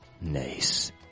Nice